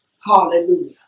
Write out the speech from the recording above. Hallelujah